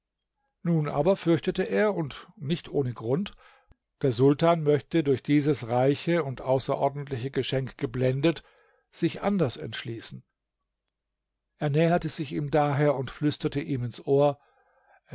nun aber fürchtete er und nicht ohne grund der sultan möchte durch dieses reiche und außerordentliche geschenk geblendet sich anders entschließen er näherte sich ihm daher und flüsterte ihm ins ohr